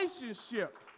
relationship